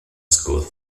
school